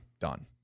done